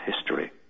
history